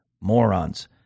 Morons